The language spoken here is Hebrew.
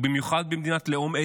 ובמיוחד במדינות לאום אתניות,